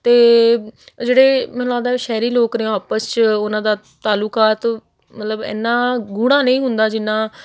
ਅਤੇ ਜਿਹੜੇ ਮੈਨੂੰ ਲੱਗਦਾ ਸ਼ਹਿਰੀ ਲੋਕ ਨੇ ਆਪਸ 'ਚ ਉਹਨਾਂ ਦਾ ਤਾਲੂਕਾਤ ਮਤਲਬ ਇੰਨਾ ਗੂੜਾ ਨਹੀਂ ਹੁੰਦਾ ਜਿੰਨਾ